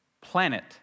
planet